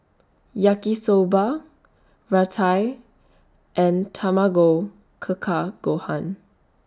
Yaki Soba Raita and Tamago Keka Gohan